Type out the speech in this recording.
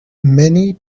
many